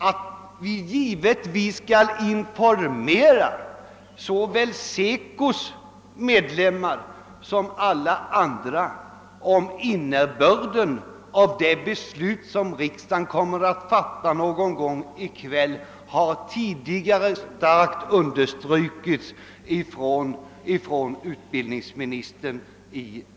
Att vi skall informera såväl SECO:s medlemmar som alla andra om innebörden av det beslut som riksdagen kommer att fatta någon gång i kväll har tidigare i dagens debatt kraftigt understrukits av utbildningsministern.